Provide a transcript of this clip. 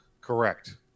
Correct